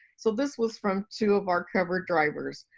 so this was from two of our cover drivers,